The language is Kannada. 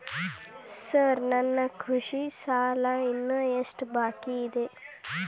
ಸಾರ್ ನನ್ನ ಕೃಷಿ ಸಾಲ ಇನ್ನು ಎಷ್ಟು ಬಾಕಿಯಿದೆ?